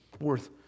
worth